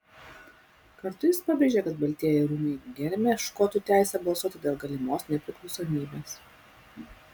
kartu jis pabrėžė kad baltieji rūmai gerbia škotų teisę balsuoti dėl galimos nepriklausomybės